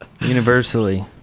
Universally